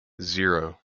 zero